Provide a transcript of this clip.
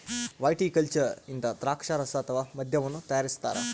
viticulture ಇಂದ ದ್ರಾಕ್ಷಾರಸ ಅಥವಾ ಮದ್ಯವನ್ನು ತಯಾರಿಸ್ತಾರ